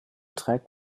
trägt